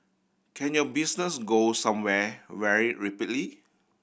can your business go somewhere very rapidly